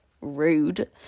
rude